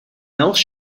else